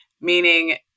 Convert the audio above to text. meaning